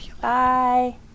bye